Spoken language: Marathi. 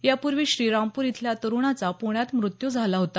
या पूर्वी श्रीरामपूर इथल्या तरुणाचा पुण्यात मृत्यू झाला होता